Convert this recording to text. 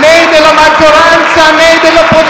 né della maggioranza, né dell'opposizione.